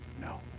No